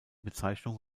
bezeichnung